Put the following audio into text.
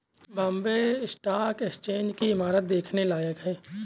Bombay stock exchange की इमारत देखने लायक है